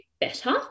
better